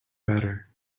better